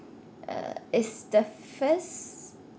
uh it's the first